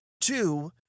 Two